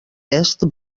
est